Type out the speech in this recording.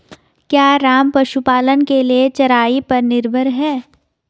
क्या राम पशुपालन के लिए चराई पर निर्भर है?